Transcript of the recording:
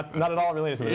not at all related